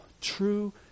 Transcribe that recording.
True